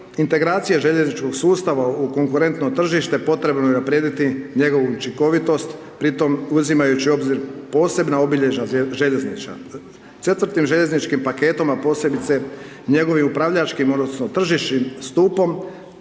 integracije željezničkog sustava u konkurentno tržište potrebno je unaprijediti njegovu učinkovitost pri tome uzimajući u obzir posebna obilježja željezništva. Četvrtim željezničkim paketom a posebice njegovim upravljačkim odnosno tržišnim stupom